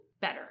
better